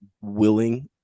willing –